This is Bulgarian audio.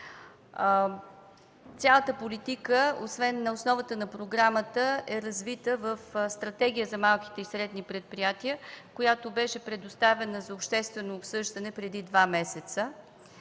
Цялата политика, освен на основата на програмата, е развита в Стратегия за малките и средните предприятия, която беше предоставена за обществено обсъждане преди два месеца.